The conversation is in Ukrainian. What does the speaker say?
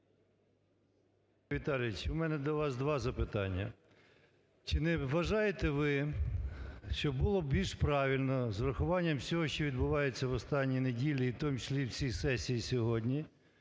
Юрій Віталійович, в мене до вас два запитання. Чи не вважаєте ви, що було б більш правильно, з урахуванням всього, що відбувається в останні неділі і в тому числі всієї сесії сьогодні,